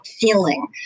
feeling